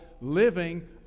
living